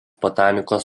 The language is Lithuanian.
botanikos